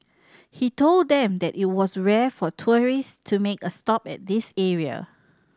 he told them that it was rare for tourists to make a stop at this area